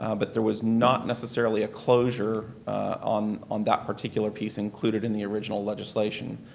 um but there was not necessarily a closure on on that particular piece included in the original legislation.